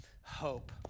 Hope